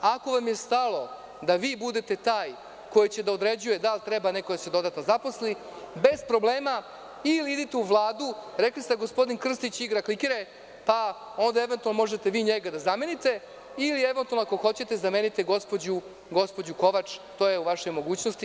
Ako vam je stalo da vi budete taj koji će da određuje da li treba neko da se dodatno zaposli, bez problema, ili idite u Vladu, rekli ste da gospodin Krstić igra kliker, pa onda eventualno možete vi njega da zamenite, ili eventualno, ako hoćete, zamenite gospođu Kovač, to je u vašoj mogućnosti.